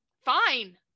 fine